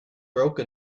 broke